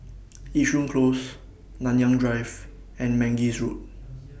Yishun Close Nanyang Drive and Mangis Road